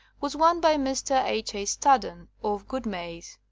was one by mr. h. a. staddon of goodmayes,